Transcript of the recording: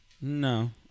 No